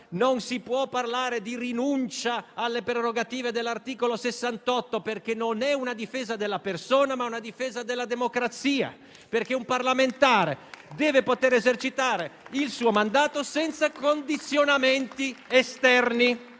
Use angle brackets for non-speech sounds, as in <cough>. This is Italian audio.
non si può parlare di rinuncia alle prerogative dell'articolo 68: non è una difesa della persona, ma una difesa della democrazia. <applause> Un parlamentare deve poter esercitare il suo mandato senza condizionamenti esterni.